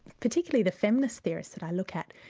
particularly the feminist theorists that i look at,